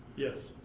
yes.